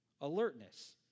alertness